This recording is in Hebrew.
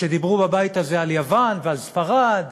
כשדיברו בבית הזה על יוון ועל ספרד,